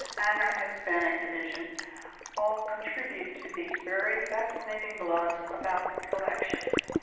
and our hispanic division all contribute to these very fascinating blogs about the collections.